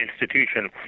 institution